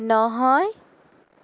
নহয়